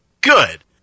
Good